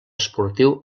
esportiu